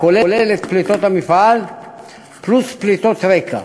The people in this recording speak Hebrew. הכולל את פליטות המפעל פלוס פליטות רקע.